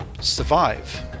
survive